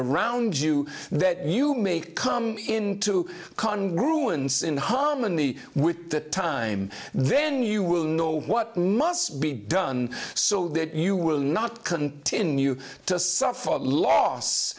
around you that you may come into conran's in harmony with the time then you will know what must be done so that you will not continue to suffer loss